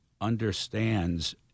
understands